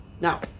Now